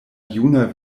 juna